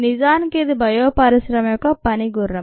నిజానికి ఇది బయో పరిశ్రమ యొక్క పని గుర్రం